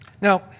Now